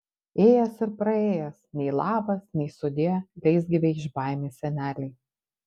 ėjęs ir praėjęs nei labas nei sudie leisgyvei iš baimės senelei